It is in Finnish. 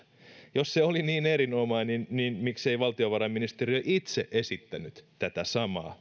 jos se oli niin erinomainen niin miksei valtiovarainministeriö itse esittänyt tätä samaa